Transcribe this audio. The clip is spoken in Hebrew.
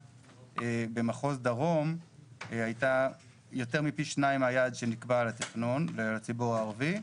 במחוז דרום הייתה יותר מפי 2 היעד שנקבע לתכנון לצבור הערבי,